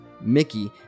Mickey